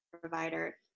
provider